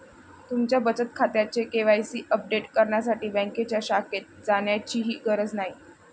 तुमच्या बचत खात्याचे के.वाय.सी अपडेट करण्यासाठी बँकेच्या शाखेत जाण्याचीही गरज नाही